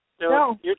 No